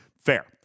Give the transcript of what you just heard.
fair